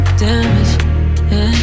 damage